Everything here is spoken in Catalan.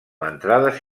entrades